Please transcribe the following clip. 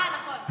נכון.